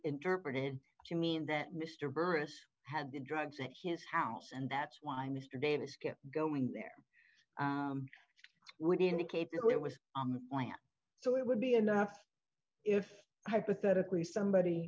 interpreted to mean that mr burris had the drugs at his house and that's why mr davis kept going there would indicate it was on the plan so it would be enough if hypothetically somebody